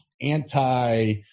anti